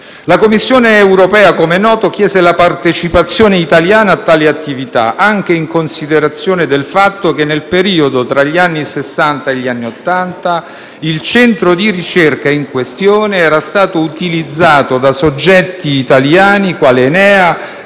La Commissione europea, come noto, chiese la partecipazione italiana a tali attività, anche in considerazione del fatto che nel periodo fra gli anni Sessanta e gli anni Ottanta, il centro di ricerca in questione era stato utilizzato da soggetti italiani, quali ENEA,